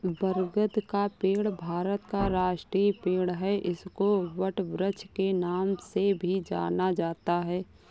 बरगद का पेड़ भारत का राष्ट्रीय पेड़ है इसको वटवृक्ष के नाम से भी जाना जाता है